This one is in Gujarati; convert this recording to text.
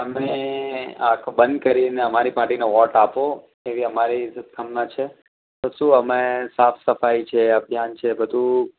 તમે આંખ બંધ કરીને અમારી પાર્ટીને વોટ આપો એવી અમારી શુભકામના છે તો શું અમે સાફ સફાઈ છે અભિયાન છે બધું